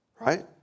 right